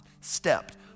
stepped